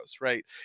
right